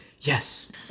yes